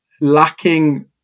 Lacking